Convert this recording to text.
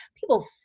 people